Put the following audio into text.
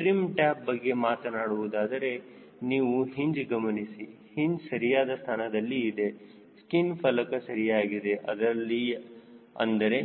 trim tab ಬಗ್ಗೆ ಮಾತನಾಡುವುದಾದರೆ ನೀವು ಹಿಂಜ್ ಗಮನಿಸಿ ಹಿಂಜ್ ಸರಿಯಾದ ಸ್ಥಾನದಲ್ಲಿ ಇದೆ ಸ್ಕಿನ್ ಫಲಕ ಸರಿಯಾಗಿದೆ ಅದರಲ್ಲಿ ಅಂದರೆ